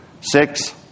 six